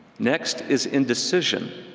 next is indecision,